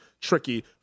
tricky